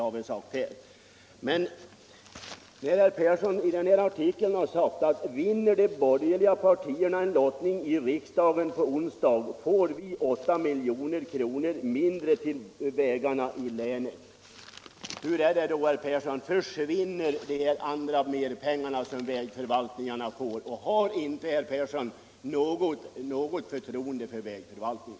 Herr Persson i Karlstad säger i en artikel att om de borgerliga partierna vinner en lottning i riksdagen får vi 8 milj.kr. mindre till vägarna i länet. Men, herr Persson, försvinner de andra merpengar som vägförvaltningarna får och har inte herr Persson något förtroende för vägförvaltningen?